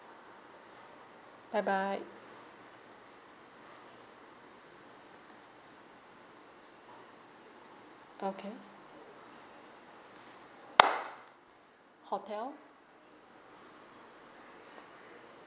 bye bye okay hotel